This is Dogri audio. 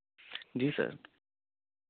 जी सर